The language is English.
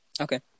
okay